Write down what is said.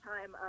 time